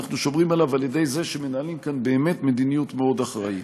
ואנחנו שומרים עליו על-ידי זה שמנהלים כאן מדיניות מאוד אחראית.